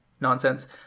nonsense